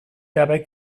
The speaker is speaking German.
dabei